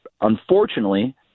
unfortunately